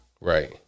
Right